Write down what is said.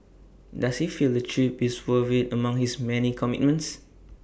does he feel the trip is worth IT among his many commitments